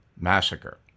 Massacre